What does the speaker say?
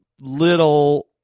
little